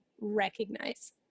recognize